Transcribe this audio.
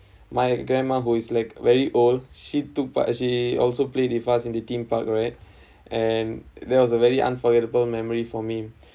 my grandma who is like very old she took part as she also played with us in the theme park alright and that was a very unforgettable memories for me